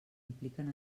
impliquen